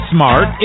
Smart